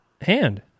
Hand